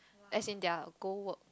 as in their go work